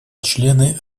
члены